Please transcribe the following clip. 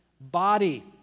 body